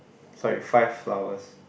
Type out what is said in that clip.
sorry five flowers